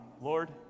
Lord